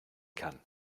kann